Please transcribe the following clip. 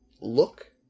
look